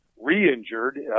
re-injured